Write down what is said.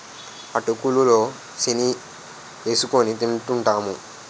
అటుకులు లో సీని ఏసుకొని తింటూంటాము